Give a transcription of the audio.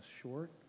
short